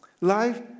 Life